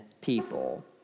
people